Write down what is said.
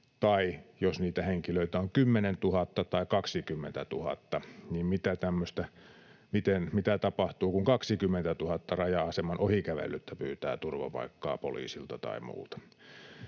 tai, jos niitä henkilöitä on 10 000 tai 20 000, niin mitä tapahtuu, kun 20 000 raja-aseman ohi kävellyttä pyytää turvapaikkaa poliisilta tai muulta.